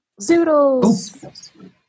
Zoodles